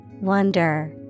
Wonder